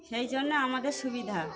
সেই জন্য আমাদের সুবিধা